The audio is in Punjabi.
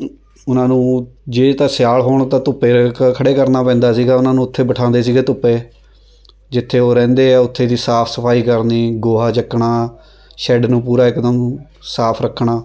ਉ ਉਹਨਾਂ ਨੂੰ ਜੇ ਤਾਂ ਸਿਆਲ ਹੋਣ ਤਾਂ ਧੁੱਪੇ ਰ ਖ ਖੜ੍ਹੇ ਕਰਨਾ ਪੈਂਦਾ ਸੀਗਾ ਉਹਨਾਂ ਨੂੰ ਉੱਥੇ ਬਿਠਾਉਂਦੇ ਸੀਗੇ ਧੁੱਪੇ ਜਿੱਥੇ ਉਹ ਰਹਿੰਦੇ ਹੈ ਉੱਥੇ ਦੀ ਸਾਫ਼ ਸਫਾਈ ਕਰਨੀ ਗੋਹਾ ਚੱਕਣਾ ਸ਼ੈਡ ਨੂੰ ਪੂਰਾ ਇਕਦਮ ਸਾਫ਼ ਰੱਖਣਾ